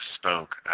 spoke